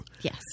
Yes